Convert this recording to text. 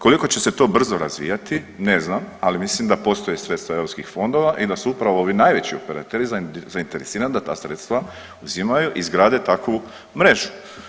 Koliko će se to brzo razvijati ne znam, ali mislim da postoje sredstva eu fondova i da su upravo ovi najveći operateri zainteresirani da ta sredstva uzimaju i izgrade takvu mrežu.